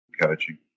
coaching